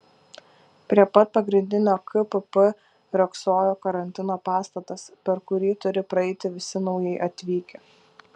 prie pat pagrindinio kpp riogsojo karantino pastatas per kurį turi praeiti visi naujai atvykę